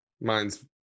Mine's